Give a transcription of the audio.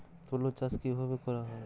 তুলো চাষ কিভাবে করা হয়?